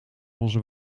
onze